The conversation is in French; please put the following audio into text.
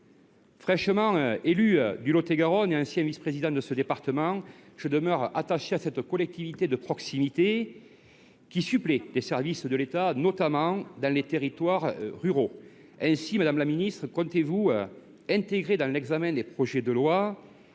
Fraîchement élu dans le Lot et Garonne et ancien vice président du département, je demeure attaché à cette collectivité de proximité, qui supplée les services de l’État, notamment dans les zones rurales. Madame la ministre, comptez vous intégrer aux projets de loi